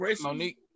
Monique